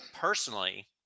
personally